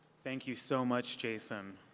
thank you so much, jason.